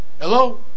Hello